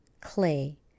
Clay